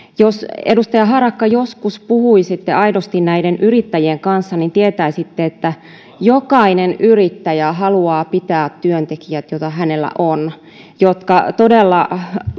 jos edustaja harakka joskus puhuisitte aidosti näiden yrittäjien kanssa niin tietäisitte että jokainen yrittäjä haluaa pitää työntekijät jotka hänellä on ja jotka todella